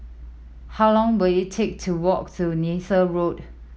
how long will it take to walk to Neythal Road